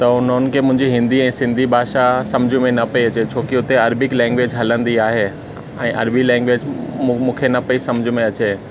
त हुननि खे मुंहिंजी हिंदी ऐं सिंधी भाषा सम्झि में न पई अचे छोकी उते अरबिक लेंग्वेज हलंदी आहे ऐं अरबी लेंग्वेज मु मूंखे न पई सम्झि में अचे